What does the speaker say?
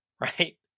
Right